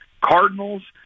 cardinals